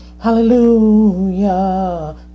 hallelujah